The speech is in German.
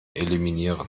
eliminieren